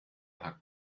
paar